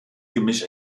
gemisch